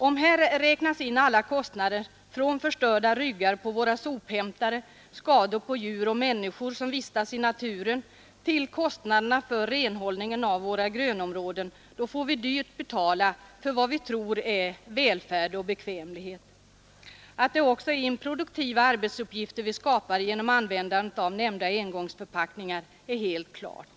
Om här räknas in alla kostnader, från förstörda ryggar på våra sophämtare samt skador på djur och människor som vistas i naturen till kostnaderna för renhållningen av våra grönområden, får vi dyrt betala för vad vi tror är välfärd och bekvämlighet. Att det är improduktiva arbetsuppgifter vi skapar genom användandet av nämnda engångsförpackningar är också helt klart.